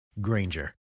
Granger